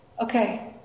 okay